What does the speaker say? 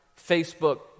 Facebook